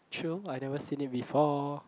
chill I never seen it before